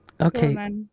Okay